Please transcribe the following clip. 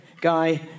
guy